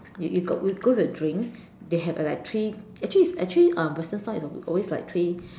you you you go we go the drinks they have a like three actually actually um Western style is always three